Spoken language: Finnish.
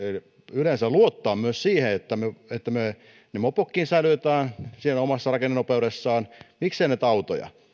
yleensä luottaa myös siihen että me että me ne mopotkin säilytämme siellä omassa rakennenopeudessaan miksei näitä autoja